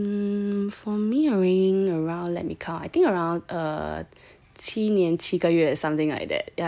um for me ah weighing around let me count I think around err 七年七个月 something like that yeah how about yourself